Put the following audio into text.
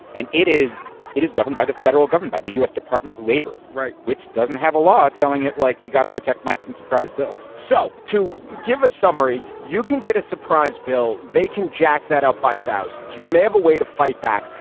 and it is it is governed by the federal governed by the u s. department of labor. right. which doesn't have a law telling it like you've got to protect mike from surprise bills so to give a summary, you can get a surprise bill. they can jack that up by thousands. you may have a way to fight back.